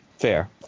Fair